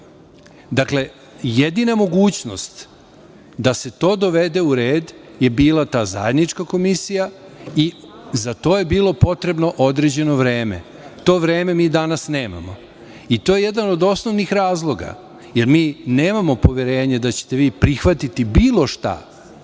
Dakle, jedina mogućnost da se to dovede u red je bila ta zajednička komisija i za to je bilo potrebno određeno vreme. To vreme mi danas nemamo i to je jedan od osnovnih razloga, jer mi nemamo poverenje da ćete vi prihvatiti bilo šta,